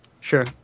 Sure